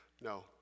No